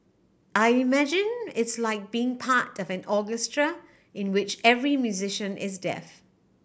I imagine it's like being part of an orchestra in which every musician is deaf